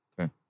Okay